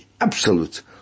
absolute